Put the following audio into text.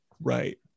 Right